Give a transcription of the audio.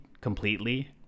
completely